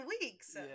weeks